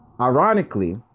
Ironically